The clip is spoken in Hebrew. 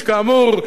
וכאמור,